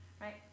Right